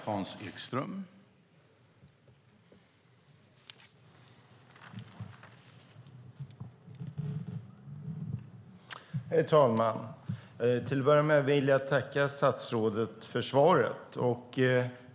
Herr talman! Till att börja med vill jag tacka statsrådet för svaret.